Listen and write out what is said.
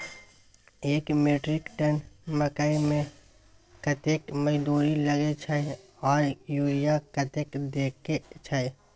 एक metric ton मकई में कतेक मजदूरी लगे छै आर यूरिया कतेक देके छै?